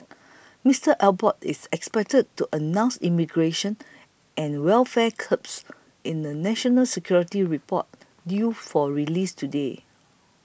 Mister Abbott is expected to announce immigration and welfare curbs in a national security report due for release today